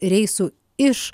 reisų iš